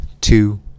two